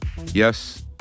Yes